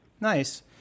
Nice